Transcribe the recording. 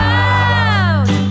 out